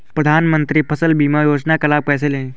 प्रधानमंत्री फसल बीमा योजना का लाभ कैसे लें?